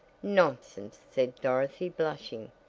nonsense, said dorothy, blushing.